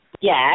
Yes